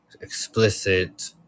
explicit